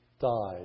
died